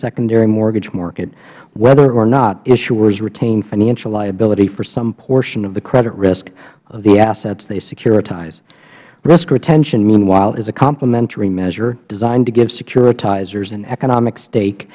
secondary mortgage market whether or not issuers retain financial liability for some portion of the credit risk of the assets they securitize risk retention meanwhile is a complementary measure designed to give securitizers an economic stake